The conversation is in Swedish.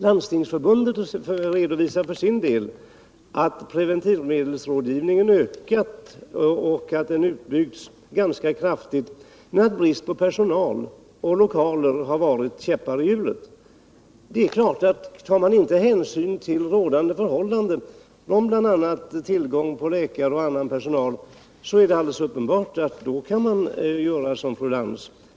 Landstingsförbundet redovisar för sin del att preventivmedelsrådgivningen ökat och att den utbyggts ganska kraftigt men att brist på personal och lämpliga lokaler varit käppar i hjulet. Om man inte tar hänsyn till rådande förhållanden när det gäller tillgång på läkare och annan personal, är det alldeles uppenbart att man kan göra som fru Lantz.